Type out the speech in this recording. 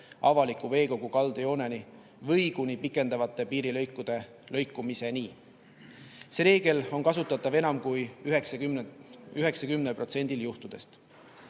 avaliku veekogu kaldajooneni või kuni pikendatavate piirilõikude lõikumiseni. See reegel on kasutatav enam kui 90% juhtudest.